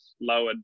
lowered